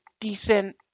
decent